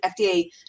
FDA